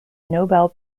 nobel